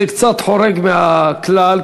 זה קצת חורג מהכלל,